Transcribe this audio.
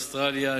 באוסטרליה,